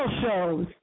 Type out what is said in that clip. shows